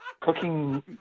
cooking